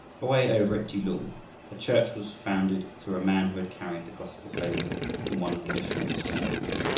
away over at kelung a church was founded through a man who had carried the gospel home from one of the missionary's sermons.